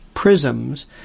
prisms